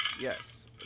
Yes